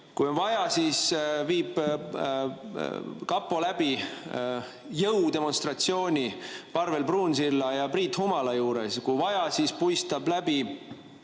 kui on vaja, siis viib kapo läbi jõudemonstratsiooni Parvel Pruunsilla ja Priit Humala juures, ja kui vaja, siis puistab läbi